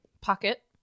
pocket